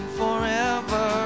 forever